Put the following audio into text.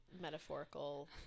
metaphorical